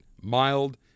mild